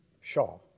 Shaw